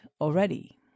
already